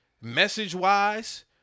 message-wise